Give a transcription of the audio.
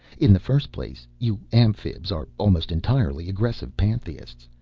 in the first place, you amphibs are almost entirely aggressive pantheists.